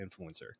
influencer